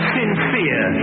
sincere